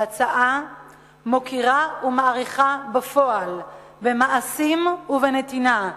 ההצעה מוקירה ומעריכה בפועל, במעשים ובנתינה,